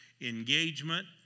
engagement